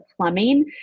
plumbing